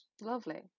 Lovely